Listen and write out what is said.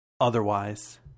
otherwise